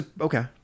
okay